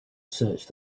searched